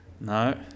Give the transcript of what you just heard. No